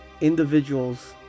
Individuals